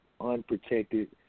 unprotected